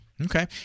Okay